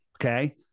Okay